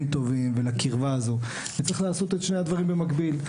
טובים ולקרבה הזו וצריך לעשות את שני הדברים במקביל,